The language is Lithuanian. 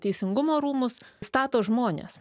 teisingumo rūmus stato žmonės